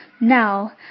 Now